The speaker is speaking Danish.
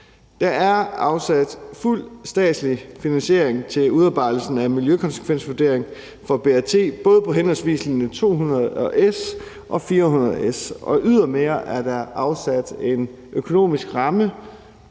Der er afsat en fuld statslig finansiering til udarbejdelsen af en miljøkonsekvensvurdering for BRT på både linje 200 S og 400 S, og ydermere er der afsat en økonomisk ramme